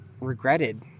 regretted